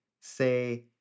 say